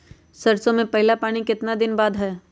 सरसों में पहला पानी कितने दिन बाद है?